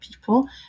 people